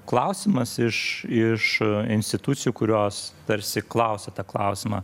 klausimas iš iš institucijų kurios tarsi klausia tą klausimą